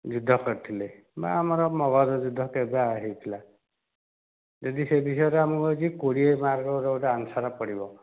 ଯୁଦ୍ଧ କରିଥିଲେ ବା ଆମର ମଗଧ ଯୁଦ୍ଧ କେବେ ଆ ହୋଇଥିଲା ଯଦି ସେଇ ବିଷୟରେ ଆମକୁ ଅଛି କୋଡ଼ିଏ ମାର୍କର ଗୋଟିଏ ଆନ୍ସର୍ ପଡ଼ିବ